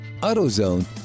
AutoZone